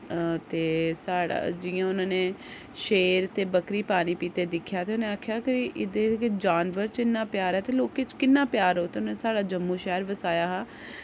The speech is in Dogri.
ते साढ़ा जि'यां उनां ने शेर ते बक्करी पानी पींदे दिक्खेआ ते उ'नें आखेआ के इद्धर जानबर च इन्ना प्यार ऐ ते लोकें च किन्ना प्यार होग ते उ'नें साढ़ा जम्मू शैह्र बसाया हा